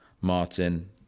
Martin